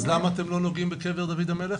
אז למה אתם לא נוגעים בקבר דוד המלך?